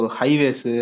highways